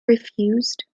refused